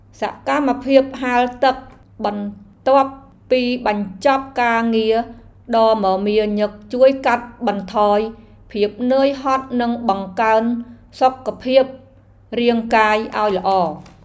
សកម្មភាពហែលទឹកបន្ទាប់ពីបញ្ចប់ការងារដ៏មមាញឹកជួយកាត់បន្ថយភាពនឿយហត់និងបង្កើនសុខភាពរាងកាយឱ្យល្អ។